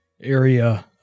area